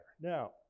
Now